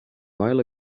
while